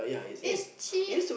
is cheat